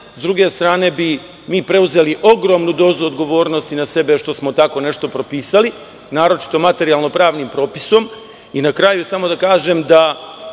sa druge strane bi mi preuzeli ogromnu dozu odgovornosti na sebe što smo tako nešto propisali, naročito materijalno-pravnim propisom. Na kraju samo da kažem da